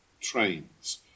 trains